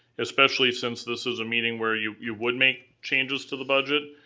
especially since this is a meeting where you you would make changes to the budget,